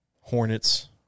hornets